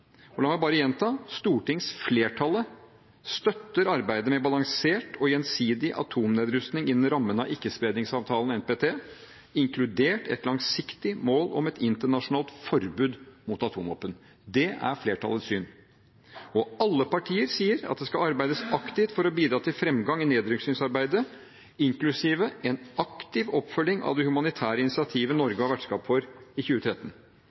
La meg bare gjenta: Stortingsflertallet støtter arbeidet med balansert og gjensidig atomnedrustning innenfor rammen av Ikkespredningsavtalen, NPT, inkludert et langsiktig mål om et internasjonalt forbud mot atomvåpen. Det er flertallets syn. Og alle partier sier at det skal arbeides aktivt for å bidra til fremgang i nedrustningsarbeidet, inklusiv en aktiv oppfølging av det humanitære initiativet Norge var vertskap for i 2013.